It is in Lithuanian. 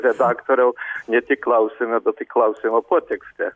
redaktoriau ne tik klausimą bet tai klausimo potekstę